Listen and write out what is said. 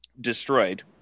destroyed